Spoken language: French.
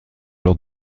lors